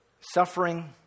Suffering